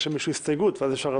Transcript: יש למישהו הסתייגות ואז אפשר לדון בה.